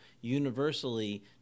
universally